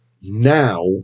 now